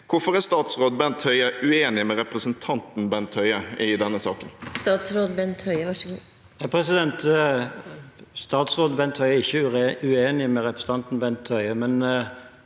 Hvorfor er statsråd Bent Høie uenig med representanten Bent Høie i denne saken? Statsråd Bent Høie Statsråd Bent Høie er ikke uenig med representanten Bent Høie,